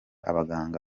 abaganga